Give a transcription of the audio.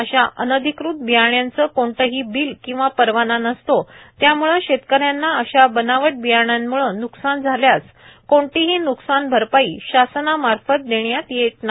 अशा अनधिकृत बियाण्याचे कोणतेही बिल किंवा परवाना नसतो त्यामुळे शेतकऱ्यांना अशा बनावट बियाण्यामुळे न्कसान झाल्यास कोणतीही न्कसान भरपाई शासनामार्फत देण्यात येत नाही